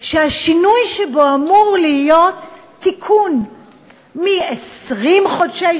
שהשינוי שבו אמור להיות תיקון מ-20 חודשי